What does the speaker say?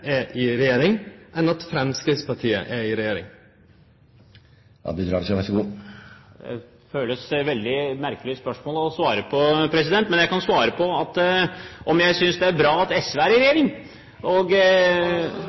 er i regjering enn at Framstegspartiet er i regjering? Det føles som et veldig merkelig spørsmål å svare på. Men jeg kan svare på om jeg synes det er bra at SV er i